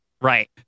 Right